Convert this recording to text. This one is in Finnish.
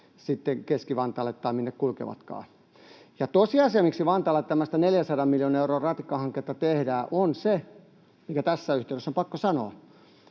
Keski-Vantaalle tai minne kulkevatkaan. Ja tosiasiassa syynä siihen, miksi Vantaalla tämmöistä 400 miljoonan euron ratikkahanketta tehdään — se on tässä yhteydessä pakko sanoa